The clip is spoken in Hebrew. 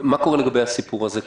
מה קורה לגבי הסיפור הזה כרגע?